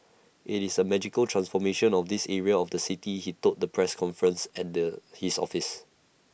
IT is A magical transformation of this area of the city he told the press conference at the his offices